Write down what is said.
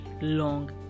Long